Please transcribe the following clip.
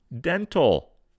dental